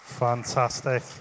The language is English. Fantastic